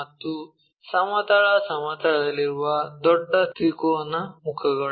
ಮತ್ತು ಸಮತಲ ಸಮತಲದಲ್ಲಿರುವ ದೊಡ್ಡ ತ್ರಿಕೋನ ಮುಖಗಳು